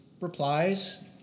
replies